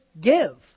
give